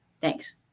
Thanks